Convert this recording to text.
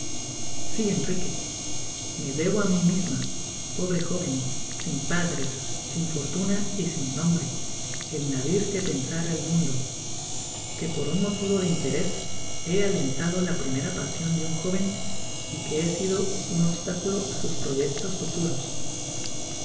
si enrique me debo á mi misma pobre joven sin pa dres sin fortuna y sin npmbre el nadir que pensar al mundo que por un motivo de interés he alentado la primera pasion do un joven y que he sido un obstáculo á sus proyectos futuros